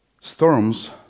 Storms